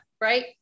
Right